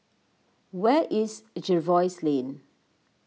where is Jervois Lane